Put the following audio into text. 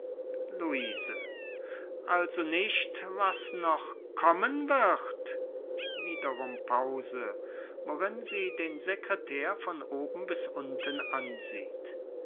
luise also nicht was noch kommen wird wiederum pause worin sie den secretär von oben bis unten ansieht